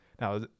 Now